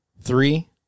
Three